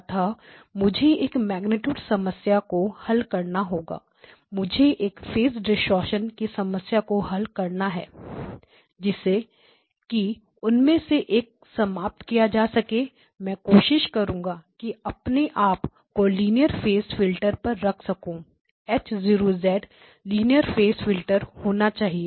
अतः मुझे एक मेग्नीट्यूड समस्या को हल करना होगा मुझे एक फेस डिस्टॉर्शन की समस्या को हल करना है जिससे कि उनमें से एक समाप्त किया जा सके मैं कोशिश करूंगा कि अपने आप को लीनियर फेस फिल्टर पर रख सकूं H 0 लीनियर फेस फिल्टर होना चाहिए